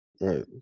Right